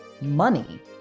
money